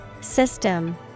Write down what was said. System